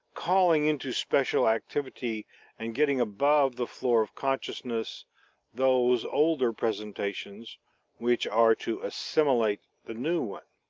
calling into special activity and getting above the floor of consciousness those older presentations which are to assimilate the new one.